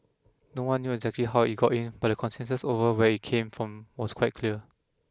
no one knew exactly how it got in but the consensus over where it came from was quite clear